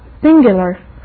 singular